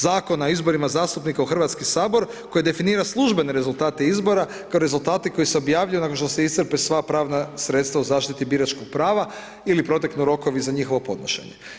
Zakona o izborima zastupnika u Hrvatski sabor, koji definira službene rezultate izbora, kao rezultati koji se objavljuju nakon što se iscrpe sva pravna sredstva u zaštiti biračkog prava ili proteknu rokovi za njihovo podnošenje.